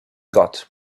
got